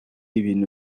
ibintu